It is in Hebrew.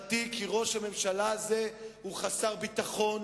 ראש הממשלה הזה הוא נסחט סדרתי כי הוא חסר ביטחון,